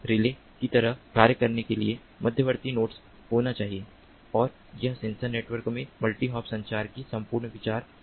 relay की तरह कार्य करने के लिए मध्यवर्ती नोड्स होना चाहिए और यह सेंसर नेटवर्क में मल्टी हॉप संचार का संपूर्ण विचार है